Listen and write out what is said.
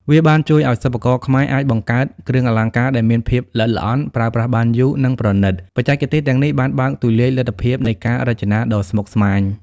វាបានជួយឱ្យសិប្បករខ្មែរអាចបង្កើតគ្រឿងអលង្ការដែលមានភាពល្អិតល្អន់ ប្រើប្រាស់បានយូរ និងប្រណិត។ បច្ចេកទេសទាំងនេះបានបើកទូលាយលទ្ធភាពនៃការរចនាដ៏ស្មុគស្មាញ។